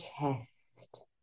chest